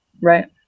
Right